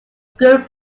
good